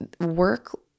work